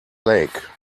lake